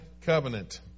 covenant